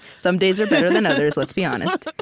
some days are better than others, let's be honest